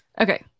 Okay